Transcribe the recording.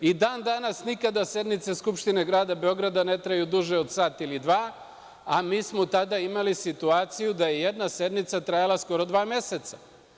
I dan-danas nikada sednice Skupštine grada Beograda ne traju duže od sat ili dva, a mi smo tada imali situaciju da je jedna sednica trajala skoro dva meseca.